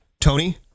Tony